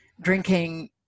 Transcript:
Drinking